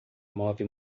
move